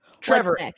Trevor